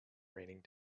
raining